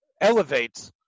elevates